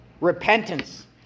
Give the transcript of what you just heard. Repentance